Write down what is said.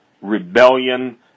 rebellion